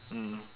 mm